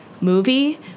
movie